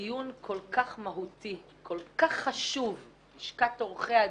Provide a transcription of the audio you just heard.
דיון כל כך מהותי, כל כך חשוב, לשכת עורכי הדין,